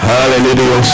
Hallelujah